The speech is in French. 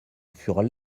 furent